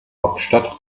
hauptstadt